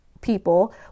people